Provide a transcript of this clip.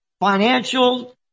Financial